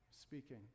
speaking